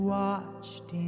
watched